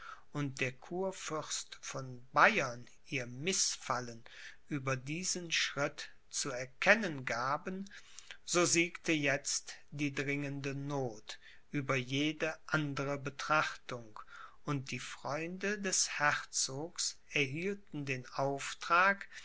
und der kurfürst von bayern ihr mißfallen über diesen schritt zu erkennen gaben so siegte jetzt die dringende noth über jede andre betrachtung und die freunde des herzogs erhielten den auftrag